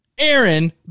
Aaron